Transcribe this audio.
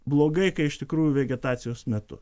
blogai kai iš tikrųjų vegetacijos metu